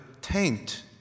taint